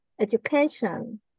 education